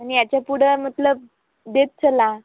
आणि याच्या पुढं मतलब देत चला